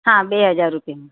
હા બે હજાર રૂપિયે